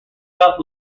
felt